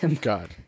God